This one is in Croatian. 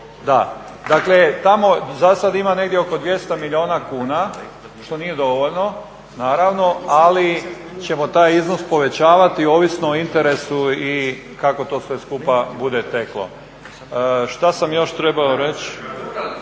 Da. Dakle tamo zasad ima negdje oko 200 milijuna što nije dovoljno naravno, ali ćemo taj iznos povećavati ovisno o interesu i kako to sve skupa bude teklo. Šta sam još trebao reći?